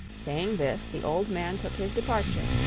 saying this the old man took his departure,